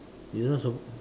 you know so